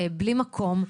בלי מקום.